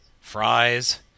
fries